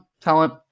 talent